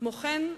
כמו כן,